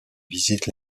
visite